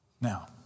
Now